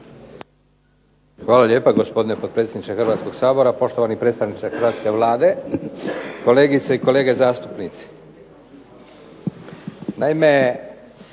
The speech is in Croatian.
Hvala lijepa gospodine potpredsjedniče Hrvatskoga sabora, gospodine predstavniče Hrvatske vlade, kolegice i kolege zastupnici.